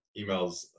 emails